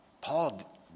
Paul